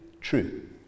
true